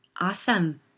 Awesome